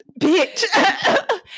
bitch